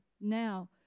now